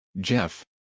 Jeff